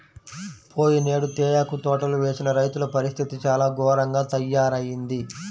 పోయినేడు తేయాకు తోటలు వేసిన రైతుల పరిస్థితి చాలా ఘోరంగా తయ్యారయింది